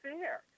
fair